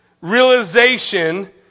realization